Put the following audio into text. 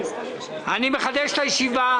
אני פותח את הישיבה.